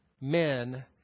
men